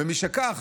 ומשכך,